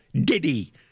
Diddy